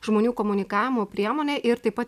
žmonių komunikavimo priemonė ir taip pat